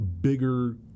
bigger